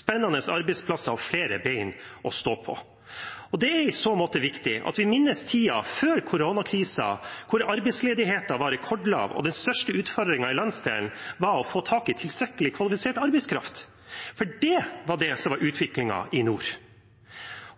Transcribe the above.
spennende arbeidsplasser og flere ben å stå på. Det er i så måte viktig at vi minnes tiden før koronakrisen, da arbeidsledigheten var rekordlav og den største utfordringen i landsdelen var å få tak i tilstrekkelig kvalifisert arbeidskraft, for det var det som var utviklingen i nord.